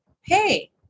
Hey